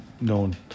known